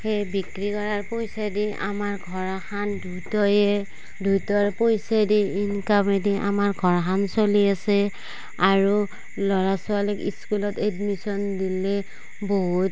সেই বিক্ৰী কৰা পইচা দি আমাৰ ঘৰখন দুয়োটাই দুয়োটাৰ পইচা দি ইনকামেদি আমাৰ ঘৰখন চলি আছে আৰু ল'ৰা ছোৱালীক স্কুলত এডমিছন দিলে বহুত